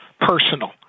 personal